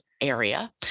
area